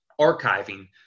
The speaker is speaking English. archiving